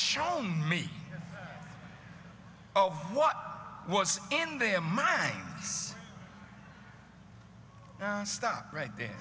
shown me oh what was in their minds now stop right there